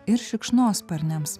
ir šikšnosparniams